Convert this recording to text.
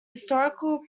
historical